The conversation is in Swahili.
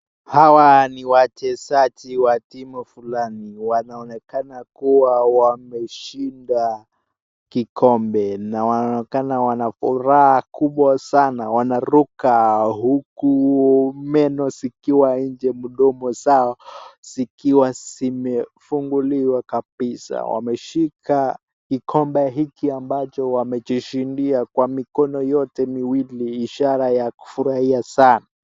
Wachezaji wa timu fulani na wanaonekana wameshinda kikombe, wana furaha kubwa sana, wanaruka huku meno zikiwa nje midomo zao zikiwa zimefunguliwa kabisa. Wameshika kikombe hiki ambacho wamejishindia kwa mikono yote miwiili ishara ya kufurahia sana.